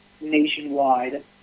nationwide